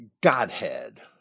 Godhead